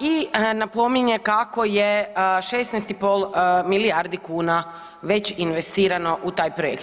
i napominje kako je 16,5 milijardi kuna već investirano u taj projekt.